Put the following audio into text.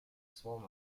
swarm